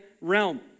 realm